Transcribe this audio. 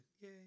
Yay